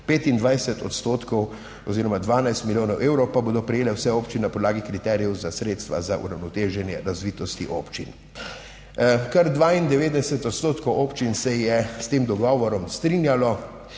25 odstotkov oziroma 12 milijonov evrov pa bodo prejele vse občine na podlagi kriterijev za sredstva za uravnoteženje razvitosti občin. Kar 92 odstotkov občin se je s tem dogovorom strinjalo